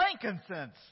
frankincense